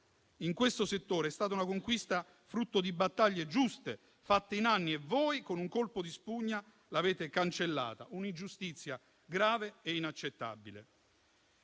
in questo settore è stata una conquista frutto di battaglie giuste fatte in anni e voi, con un colpo di spugna, l'avete cancellata: un'ingiustizia grave e inaccettabile.